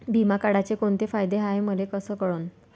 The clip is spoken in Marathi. बिमा काढाचे कोंते फायदे हाय मले कस कळन?